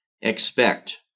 expect